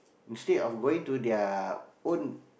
instead of going to their own